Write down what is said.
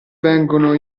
vengono